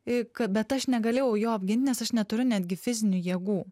ir kad bet aš negalėjau jo apgint nes aš neturiu netgi fizinių jėgų